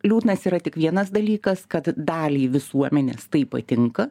liūdnas yra tik vienas dalykas kad daliai visuomenės tai patinka